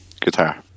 Guitar